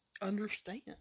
understand